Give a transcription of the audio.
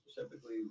specifically